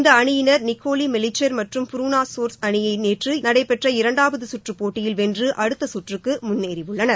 இந்த அணியினர் Nicole Melichar மற்றும் ப்ருனோ சோர்ஸ் அணியை நேற்று நடைபெற்ற இரண்டாவது சுற்று போட்டியில் வென்று அடுத்த சுற்றுக்கு முன்னேறியுள்ளனர்